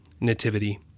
Nativity